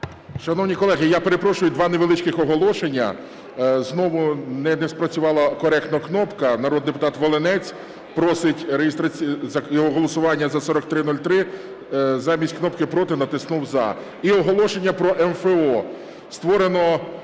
Шановні колеги, я перепрошую, два невеличких оголошення. Знову не спрацювала коректно кнопка, народний депутат Волинець просить його голосування за 4303, замість кнопки "проти" натиснув "за". І оголошення про МФО.